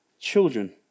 children